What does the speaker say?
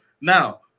Now